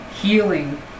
healing